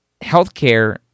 healthcare